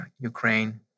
Ukraine